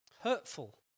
hurtful